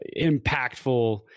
impactful